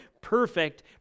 perfect